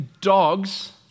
Dogs